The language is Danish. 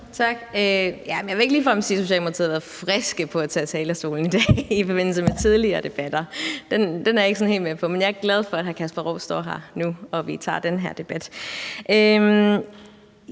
Jeg vil ikke ligefrem sige, at Socialdemokratiet har været friske på at gå på talerstolen i forbindelse med tidligere debatter. Den er jeg ikke sådan helt med på, men jeg er glad